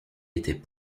était